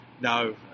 No